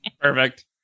Perfect